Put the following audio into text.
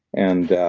and